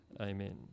Amen